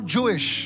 Jewish